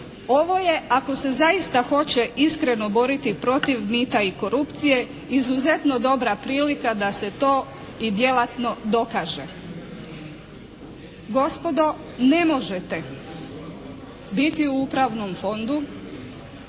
Ovo je ako se zaista hoće iskreno boriti protiv mita i korupcije izuzetno dobra prilika da se to i djelatno dokaže. Gospodo ne možete biti u upravnom fondu